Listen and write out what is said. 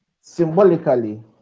symbolically